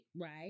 right